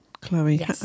Chloe